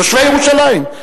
תושבי ירושלים.